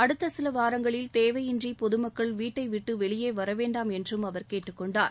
அடுத்த சில வாரங்களில் தேவையின்றி பொதுமக்கள் வீட்டைவிட்டு வெளியே வரவேண்டாம் என்றும அவர் கேட்டுக் கொண்டார்